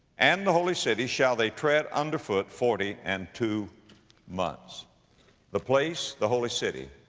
and the holy city shall they tread under foot forty and two months the place the holy city,